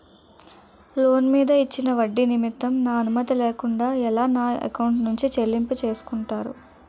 Loan మీద ఇచ్చిన ఒడ్డి నిమిత్తం నా అనుమతి లేకుండా ఎలా నా ఎకౌంట్ నుంచి చెల్లింపు చేసుకుంటారు?